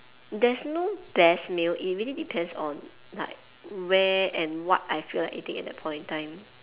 there's no best meal it really depends on like where and what I feel like eating at that point in time